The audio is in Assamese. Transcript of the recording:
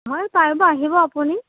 মই পাৰিব আহিব আপুনি